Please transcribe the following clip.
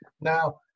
Now